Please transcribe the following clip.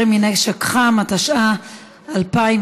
ואחריו נשמע את השר ארדן,